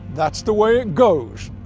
that's the way it goes,